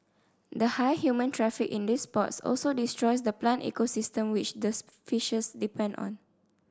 the high human traffic in these spots also destroys the plant ecosystem which this fishes depend on